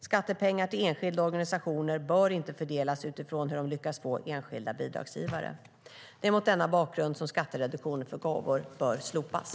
Skattepengar till enskilda organisationer bör inte fördelas utifrån hur de lyckas få enskilda bidragsgivare. Det är mot denna bakgrund som skattereduktionen för gåvor bör slopas.